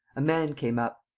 a man came up.